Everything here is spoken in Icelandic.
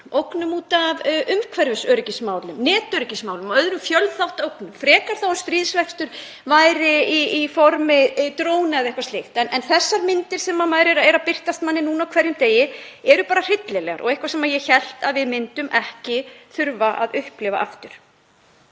ógnum, út af umhverfisöryggismálum, netöryggismálum og öðrum fjölþáttaógnum og frekar þá að stríðsrekstur væri í formi dróna eða eitthvað slíkt. En þessar myndir sem birtast manni núna á hverjum degi eru bara hryllilegar og eitthvað sem ég hélt að við myndum ekki þurfa að upplifa aftur.